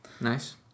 Nice